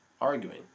arguing